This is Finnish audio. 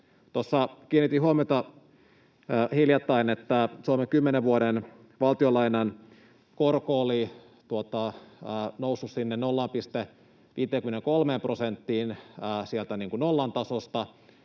kiinnitin huomiota siihen, että Suomen kymmenen vuoden valtionlainan korko oli noussut 0,53 prosenttiin sieltä nollan tasosta